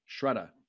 Shredder